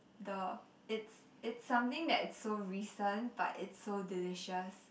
the it's it's something that it's so recent but it's so delicious